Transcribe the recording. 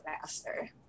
faster